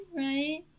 right